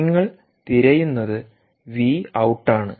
നിങ്ങൾ തിരയുന്നത് V out ആണ്